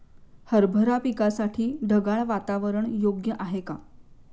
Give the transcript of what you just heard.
हरभरा पिकासाठी ढगाळ वातावरण योग्य आहे का?